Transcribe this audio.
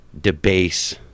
debase